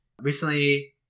Recently